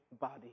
body